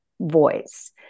voice